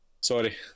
Sorry